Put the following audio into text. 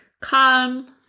calm